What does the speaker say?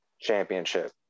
championship